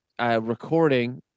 recording